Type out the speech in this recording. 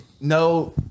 no